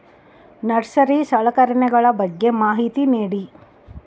Nursery ಸಲಕರಣೆಗಳ ಬಗ್ಗೆ ಮಾಹಿತಿ ನೇಡಿ?